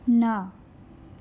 न